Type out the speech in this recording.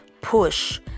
push